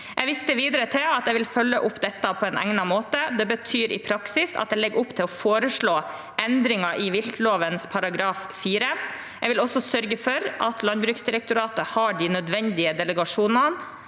Jeg viste videre til at jeg vil følge opp dette på egnet måte. Det betyr i praksis at jeg legger opp til å foreslå endringer i viltloven § 4. Jeg vil også sørge for at Landbruksdirektoratet har de nødvendige delegasjoner